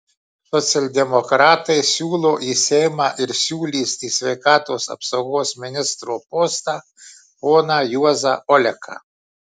socialdemokratai siūlo į seimą ir siūlys į sveikatos apsaugos ministro postą poną juozą oleką